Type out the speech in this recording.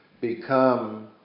become